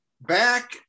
Back